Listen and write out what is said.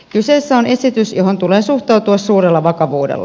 kyseessä on esitys johon tulee suhtautua suurella vakavuudella